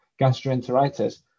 gastroenteritis